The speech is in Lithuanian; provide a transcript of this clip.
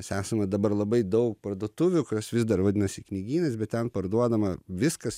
nes esama dabar labai daug parduotuvių kurios vis dar vadinasi knygynais bet ten parduodama viskas